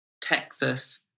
Texas